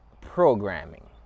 programming